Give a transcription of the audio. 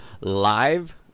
Live